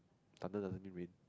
thunder doesn't mean rain